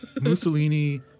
Mussolini